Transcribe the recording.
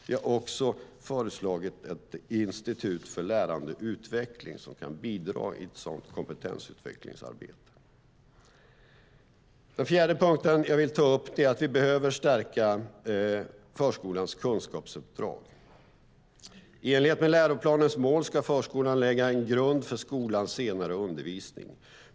Vi har också föreslagit ett institut för lärande och utveckling som kan bidra i ett sådant kompetensutvecklingsarbete. Den fjärde punkt jag vill ta upp är att vi behöver stärka förskolans kunskapsuppdrag. I enlighet med läroplanens mål ska förskolan lägga en grund för skolans senare undervisning.